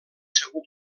segur